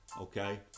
okay